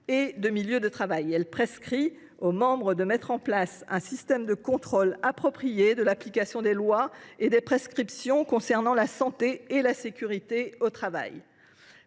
et de milieu de travail. Quatrièmement, elle prescrit aux États membres de mettre en place un système de contrôle approprié de l’application des lois ainsi que des prescriptions concernant la santé et la sécurité au travail.